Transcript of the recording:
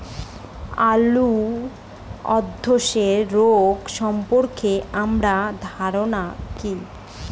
আলু ধ্বসা রোগ সম্পর্কে আপনার ধারনা কী?